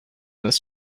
this